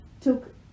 took